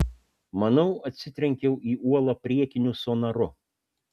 manau atsitrenkiau į uolą priekiniu sonaru